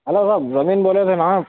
hello صاحب زمین بولے تھے نا آپ